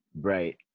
Right